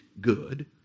good